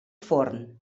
forn